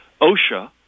OSHA